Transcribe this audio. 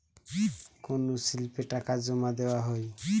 কোন স্লিপে টাকা জমাদেওয়া হয়?